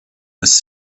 was